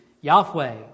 Yahweh